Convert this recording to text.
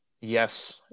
Yes